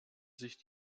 sich